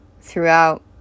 throughout